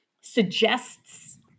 suggests